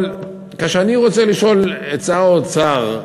אבל אני רוצה לשאול את שר האוצר,